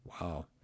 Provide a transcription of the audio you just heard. Wow